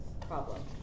problem